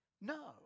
No